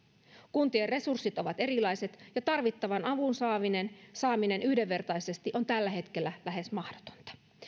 kuntien resurssit ovat erilaiset ja tarvittavan avun saaminen saaminen yhdenvertaisesti on tällä hetkellä lähes mahdotonta